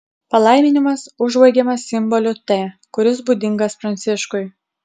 palaiminimas užbaigiamas simboliu t kuris būdingas pranciškui